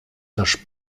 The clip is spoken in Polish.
nasz